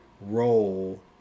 role